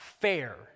fair